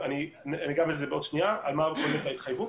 אגע בעוד שנייה על מה אומרת ההתחייבות